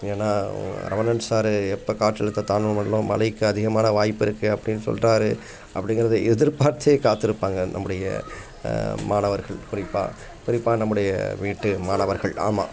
ஏன்னால் அவங்க ரமணன் சாரு எப்பே காற்றழுத்த தாழ்வு மண்டலம் மழைக்கி அதிகமான வாய்ப்பிருக்குது அப்படினு சொல்கிறாரு அப்படிங்கறத எதிர்பார்த்தே காத்திருப்பாங்க நம்முடைய மாணவர்கள் குறிப்பாக குறிப்பாக நம்முடைய வீட்டு மாணவர்கள் ஆமாம்